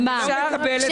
אני לא מקבל את הבקשה.